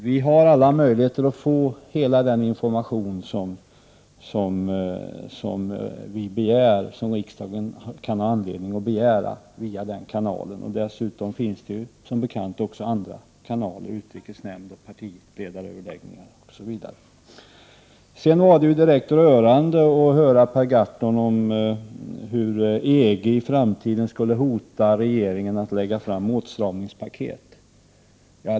Vi har alla möjligheter att få hela den information som riksdagen kan ha anledning att begära via den nämnda kanalen. Dessutom finns som bekant också andra kanaler: utrikesnämnd, partiledaröverläggningar osv. Det var direkt rörande att höra av Per Gahrton om hur EG i framtiden skulle hota regeringens möjligheter att lägga fram åtstramningspaket.